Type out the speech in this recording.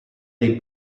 dei